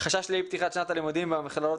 "חשש לאי-פתיחת שנת הלימודים במכללות